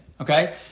Okay